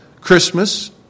Christmas